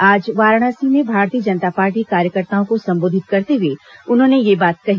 आज वाराणसी में भारतीय जनता पार्टी कार्यकर्ताओं को संबोधित करते हुए उन्होंने यह बात कही